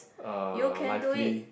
uh lively